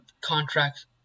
contracts